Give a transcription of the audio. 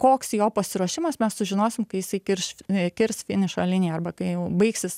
koks jo pasiruošimas mes sužinosim kai jisai kirs kirs finišo liniją arba kai jau baigsis